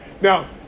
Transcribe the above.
Now